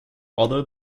although